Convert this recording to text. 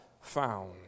found